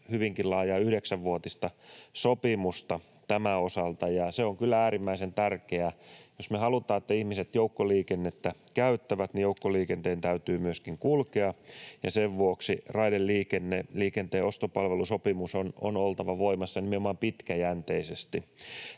hyvinkin laajaa 9-vuotista sopimusta tämän osalta, ja se on kyllä äärimmäisen tärkeä. Jos me halutaan, että ihmiset joukkoliikennettä käyttävät, niin joukkoliikenteen täytyy myöskin kulkea, ja sen vuoksi raideliikenteen ostopalvelusopimuksen on oltava voimassa nimenomaan pitkäjänteisesti.